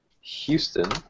Houston